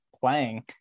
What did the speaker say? playing